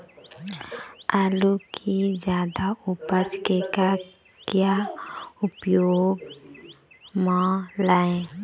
आलू कि जादा उपज के का क्या उपयोग म लाए?